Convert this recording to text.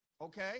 Okay